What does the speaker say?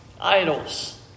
idols